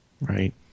Right